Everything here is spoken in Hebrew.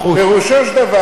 פירושו של דבר,